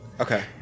Okay